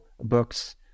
books